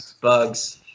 bugs